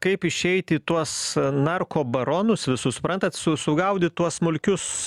kaip išeit į tuos narko baronus visus suprantat su sugaudyt tuos smulkius